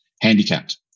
handicapped